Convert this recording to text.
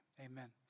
amen